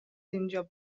اینجا